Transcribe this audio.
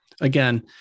again